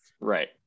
Right